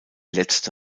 letzte